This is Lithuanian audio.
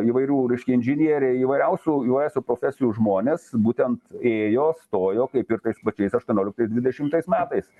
įvairių reiškia inžinieriai įvairiausių įvairiausių profesijų žmonės būtent ėjo stojo kaip ir tais pačiais aštuonioliktas dvidešimais metais